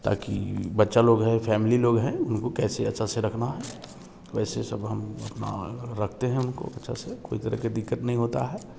ताकि बच्चा लोग हैं फैमिली लोग हैं उनको कैसे अच्छा से रखना है वैसे सब हम अपना रखते हैं उनको अच्छा से कोई तरह के दिक्कत नहीं होता है